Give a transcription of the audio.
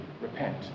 repent